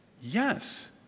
Yes